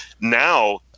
Now